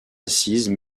assises